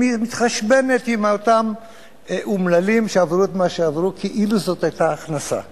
מתחשבנת עם אותם אומללים שעברו את מה שעברו כאילו זאת הכנסה,